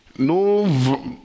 no